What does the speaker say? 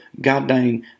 goddamn